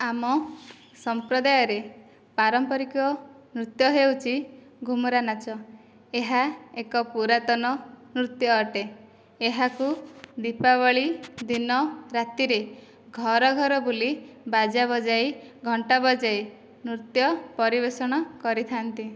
ଆମ ସମ୍ପ୍ରଦାୟରେ ପାରମ୍ପରିକ ନୃତ୍ୟ ହେଉଛି ଘୁମୁରା ନାଚ ଏହା ଏକ ପୁରାତନ ନୃତ୍ୟ ଅଟେ ଏହାକୁ ଦୀପାବଳି ଦିନ ରାତିରେ ଘର ଘର ବୁଲି ବାଜା ବଜାଇ ଘଣ୍ଟା ବଜେଇ ନୃତ୍ୟ ପରିବେଷଣ କରିଥାନ୍ତି